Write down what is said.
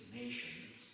nations